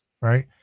right